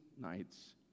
nights